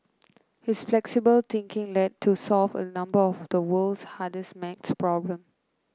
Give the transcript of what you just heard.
his flexible thinking led to solve a number of the world's hardest maths problems